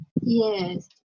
Yes